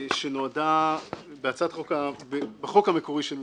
בחוק המקורי של